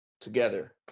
together